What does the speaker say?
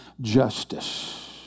justice